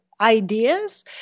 Ideas